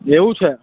એવું છે